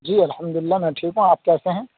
جی الحمد اللہ میں ٹھیک ہوں آپ کیسے ہیں